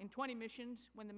in twenty missions when the